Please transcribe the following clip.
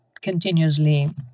continuously